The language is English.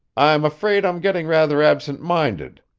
i'm afraid i'm getting rather absent-minded,